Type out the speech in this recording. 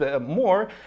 more